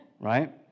Right